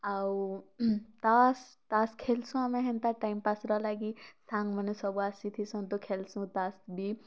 ଆଉ ତାସ୍ ତାସ୍ ଖେଲ୍ସୁଁ ଆମେ ହେନ୍ତା ଟାଇମ୍ପାସ୍ର ଲାଗି ସାଙ୍ଗ୍ ମାନେ ସବୁ ଆସିଥିସନ୍ ତ ଖେଲ୍ସୁଁ ତାସ୍ ବି